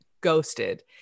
ghosted